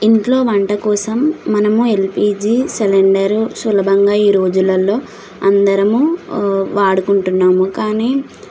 ఇంట్లో వంట కోసం మనము ఎల్పిజి సిలిండర్ సులభంగా ఈరోజులల్లో అందరము వాడుకుంటున్నాము కానీ